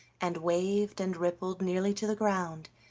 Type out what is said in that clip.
and waved and rippled nearly to the ground,